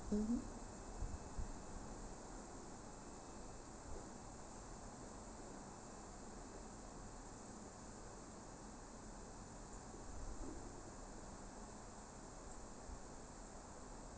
mmhmm